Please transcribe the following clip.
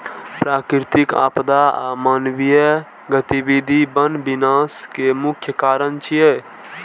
प्राकृतिक आपदा आ मानवीय गतिविधि वन विनाश के मुख्य कारण छियै